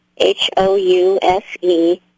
H-O-U-S-E